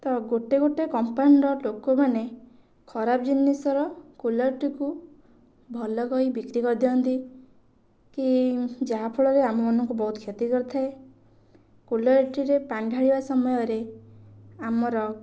ତ୍ ଗୋଟେ ଗୋଟେ କମ୍ପାନୀର ଲୋକ ମାନେ ଖରାବ ଜିନିଷର କୁଲର୍ଟିକୁ ଭଲ କହି ବିକ୍ରି କରି ଦିଅନ୍ତି କି ଯାହାଫଳରେ ଆମ ମାନଙ୍କୁ ବହୁତ କ୍ଷତି କରିଥାଏ କୁଲର୍ଟିରେ ପାଣି ଢାଳିବା ସମୟରେ ଆମର